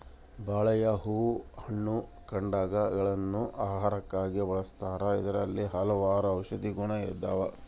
ಬಾಳೆಯ ಹೂ ಹಣ್ಣು ಕಾಂಡಗ ಳನ್ನು ಆಹಾರಕ್ಕಾಗಿ ಬಳಸ್ತಾರ ಇದರಲ್ಲಿ ಹಲವಾರು ಔಷದಿಯ ಗುಣ ಇದಾವ